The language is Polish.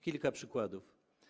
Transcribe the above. Kilka przykładów.